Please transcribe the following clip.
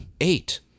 eight